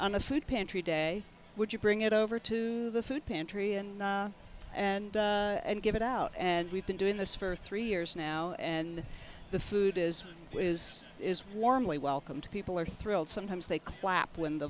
on a food pantry day would you bring it over to the food pantry and and and give it out and we've been doing this for three years now and the food is is is warmly welcomed people are thrilled sometimes they clap when the